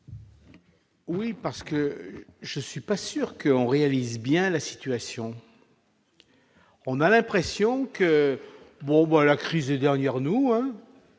Oui, parce que je suis pas sûr que on réalise bien la situation. On a l'impression que, bon, ben, la crise est derrière nous